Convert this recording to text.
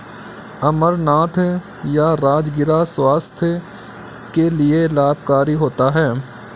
अमरनाथ या राजगिरा स्वास्थ्य के लिए लाभकारी होता है